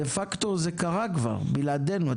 דה פקטו זה קרה כבר בלעדינו.